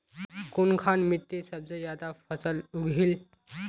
कुनखान मिट्टी सबसे ज्यादा फसल उगहिल?